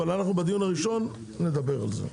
אבל אנחנו בדיון הראשון נדבר על זה.